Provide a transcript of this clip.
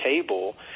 table